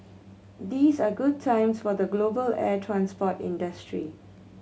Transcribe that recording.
these are good times for the global air transport industry